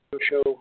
show